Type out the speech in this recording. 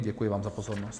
Děkuji vám za pozornost.